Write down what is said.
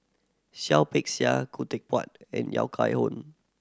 Seah Peck Seah Khoo Teck Puat and Yahya Cohen